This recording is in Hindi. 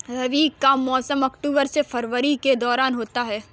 रबी का मौसम अक्टूबर से फरवरी के दौरान होता है